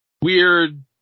Weird